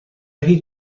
هیچ